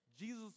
Jesus